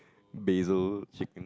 basil chicken